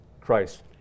Christ